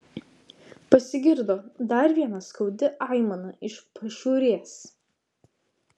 pasigirdo dar viena skaudi aimana iš pašiūrės